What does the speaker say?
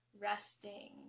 Resting